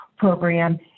program